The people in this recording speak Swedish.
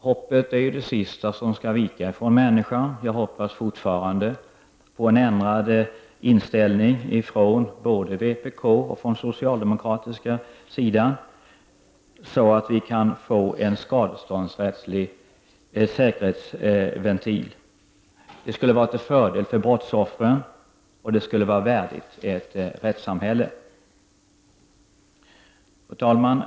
Hoppet är ju det sista som skall vika från människan, och jag hoppas fortfarande på en ändrad inställning från både vpk och den socialdemokratiska sidan, så att vi kan få en skadeståndsrättslig säkerhetsventil. Det skulle vara till fördel för brottsoffren, och det skulle vara värdigt ett rättssamhälle. Fru talman!